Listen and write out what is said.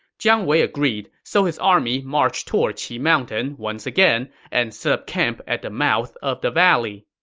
jiang wei agreed, so his army marched toward qi mountain once again and set up camp at the mouth of the valley.